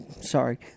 sorry